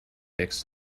fix